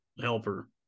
Helper